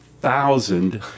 thousand